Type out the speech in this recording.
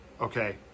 okay